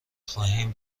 خواهیم